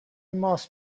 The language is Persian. ماست